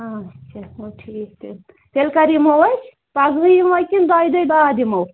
اچھا گوٚو ٹھیٖک تیٚلہِ تیٚلہِ کَر یمو أس پگہٕے یموا کِنہٕ دۄیہِ دُہۍ باد یمو